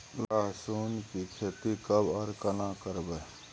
लहसुन की खेती कब आर केना करबै?